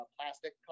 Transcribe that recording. plastic